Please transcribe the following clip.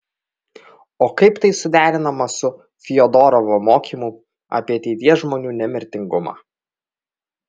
o kaip tai suderinama su fiodorovo mokymu apie ateities žmonių nemirtingumą